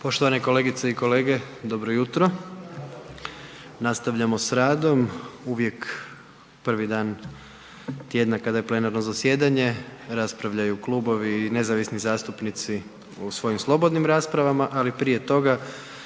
Poštovane kolegice i kolege, dobro jutro. Nastavljamo s radom, uvijek prvi dan tjedna kada je plenarno zasjedanje raspravljaju klubovi i nezavisni zastupnici u svojim slobodnim raspravama, ali prije toga